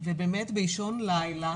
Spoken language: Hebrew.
ובאמת באישון לילה